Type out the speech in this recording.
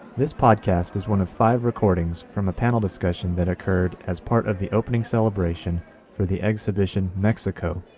this podcast is one of five recordings from a panel discussion that occurred as part of the opening celebration for the exhibition mexico,